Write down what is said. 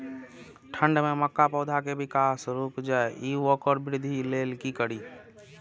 ठंढ में मक्का पौधा के विकास रूक जाय इ वोकर वृद्धि लेल कि करी?